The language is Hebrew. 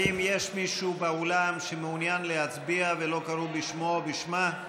האם יש מישהו באולם שמעוניין להצביע ולא קראו בשמו או בשמה?